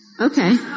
Okay